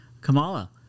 Kamala